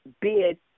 bid